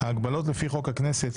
ההגבלות לפי חוק הכנסת,